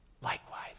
likewise